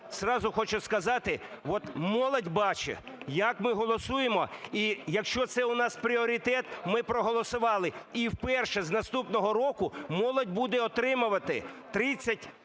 Зразу хочу сказати, от молодь бачить, як ми голосуємо, і якщо це у нас пріоритет, ми проголосували, і вперше з наступного року молодь буде отримувати, 30